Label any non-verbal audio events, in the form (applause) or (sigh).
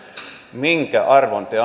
minkä arvon te (unintelligible)